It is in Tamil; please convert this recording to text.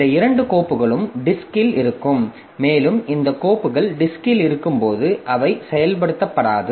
இந்த இரண்டு கோப்புகளும் டிஸ்க்ல் இருக்கும் மேலும் இந்த கோப்புகள் டிஸ்க்ல் இருக்கும்போது அவை செயல்படுத்தப்படாது